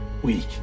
Weak